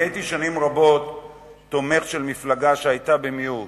אני הייתי שנים רבות תומך של מפלגה שהיתה במיעוט,